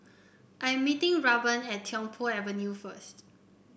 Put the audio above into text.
I'm meeting Raven at Tiong Poh Avenue first